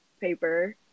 paper